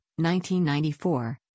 1994